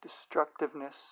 Destructiveness